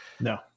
no